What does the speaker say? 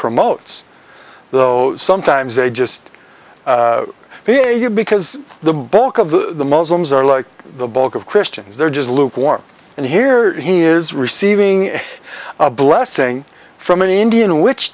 promotes though sometimes they just be a you because the bulk of the muslims are like the bulk of christians they're just lukewarm and here he is receiving a blessing from an indian witch